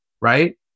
right